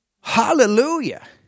Hallelujah